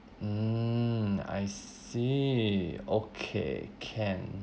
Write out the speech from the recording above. mm I see okay can